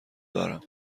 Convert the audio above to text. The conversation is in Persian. دارم